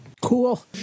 Cool